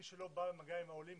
מי שלא בא במגע עם העולים,